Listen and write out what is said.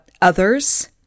others